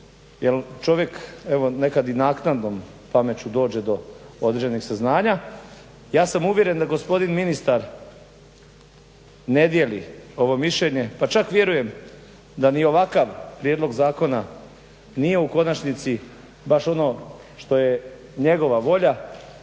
jer čovjek evo nekad i naknadnom pameću dođe do određenih saznanja. Ja sam uvjeren da gospodin ministar ne dijeli ovo mišljenje, pa čak vjerujem da ni ovakav prijedlog zakona nije u konačnici baš ono što je njegova volja,